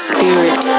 Spirit